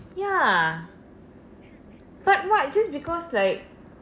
ya but what just because like